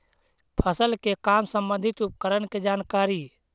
फसल के काम संबंधित उपकरण के जानकारी?